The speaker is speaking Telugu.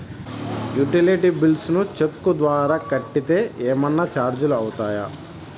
యుటిలిటీ బిల్స్ ను చెక్కు ద్వారా కట్టితే ఏమన్నా చార్జీలు అవుతాయా?